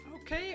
okay